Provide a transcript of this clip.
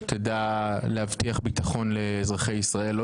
תדע להבטיח ביטחון לאזרחי ישראל.